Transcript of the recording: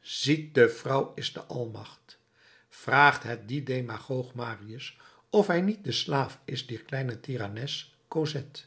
ziet de vrouw is de almacht vraagt het dien demagoog marius of hij niet de slaaf is dier kleine tirannes cosette